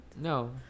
No